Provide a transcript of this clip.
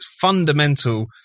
fundamental